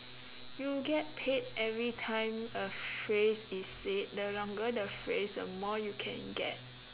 you get paid everytime a phrase is said the longer the phrase the more you can get